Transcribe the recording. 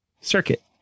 circuit